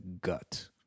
gut